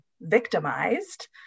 victimized